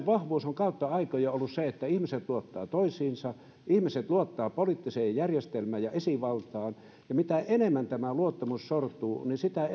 vahvuus on kautta aikojen ollut se että ihmiset luottavat toisiinsa ihmiset luottavat poliittiseen järjestelmään ja esivaltaan mitä enemmän tämä luottamus sortuu sitä